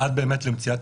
במספר